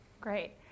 Great